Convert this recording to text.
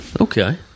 Okay